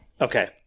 Okay